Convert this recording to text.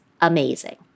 amazing